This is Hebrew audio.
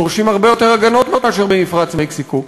דורשים הרבה יותר הגנות מאשר במפרץ מקסיקו.